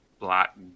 Black